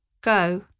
Go